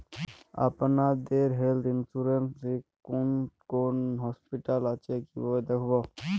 আপনাদের health insurance এ কোন কোন হসপিটাল আছে কিভাবে দেখবো?